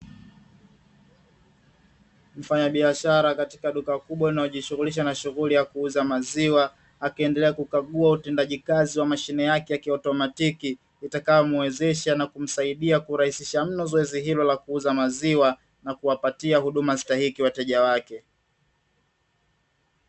Mfanyabiashara katika duka kubwa linalojishughulisha na shughuli ya kuuza maziwa, akiendelea kukagua utendaji kazi wa mashine yake ya kiautomatiki, itakayomuwezesha na kumsaidia kurahisisha mno zoezi hilo la kuuza maziwa kuwapatia huduma stahiki wateja wake.